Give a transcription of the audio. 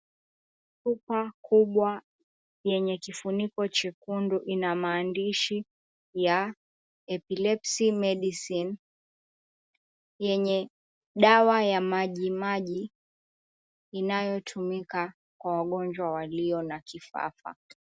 Chupa kubwa yenye kifuniko chekundu ina maandishi ya EPILEPSY MEDICINE yenye dawa ya majimaji inayotumika kwa wagonjwa walio na kifafa.